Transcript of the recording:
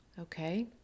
okay